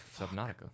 Subnautica